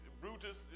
Brutus